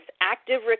active